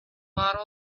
bottle